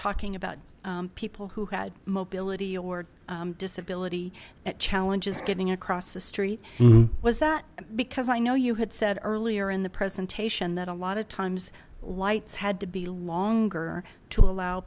talking about people who had mobility or disability that challenges getting across the street was that because i know you had said earlier in the presentation that a lot of times lights had to be longer to allow